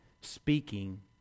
speaking